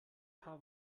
paar